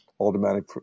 automatic